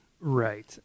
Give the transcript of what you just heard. Right